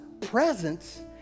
presence